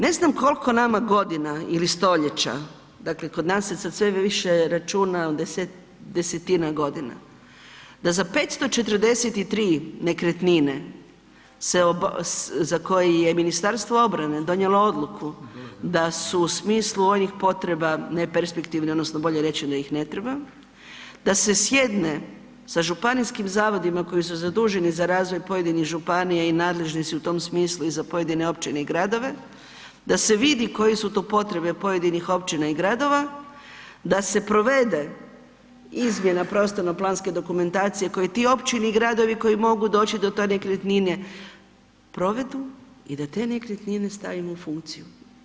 Ne znam koliko nama godina ili stoljeća, dakle kod nas se sve više računa desetina godina da za 543 nekretnine za koje je Ministarstvo obrane donijelo odluku da su u smislu onih potreba neperspektivnih odnosno bolje reći da ih ne treba, da se sjedne sa županijskim zavodima koji su zaduženi za razvoj pojedinih županija i nadležni su u tom smislu i za pojedine općine i gradove, da se vidi koje su to potrebe pojedinih općina i gradova, da se provede izmjena prostorno-planske dokumentacije koje te općine i gradove koji mogu doći do te nekretnine provedu i da te nekretnine stavimo u funkciju.